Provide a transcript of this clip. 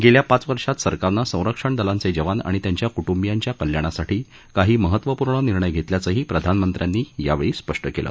गेल्या पाच वर्षात सरकारनं संरक्षण दलांचे जवान आणि त्यांच्या कुटूंबियांच्या कल्याणासाठी काही महत्वपूर्ण निर्णय घेतल्याचंही प्रधानमंत्र्यांनी यावेळी स्पष्ट केलं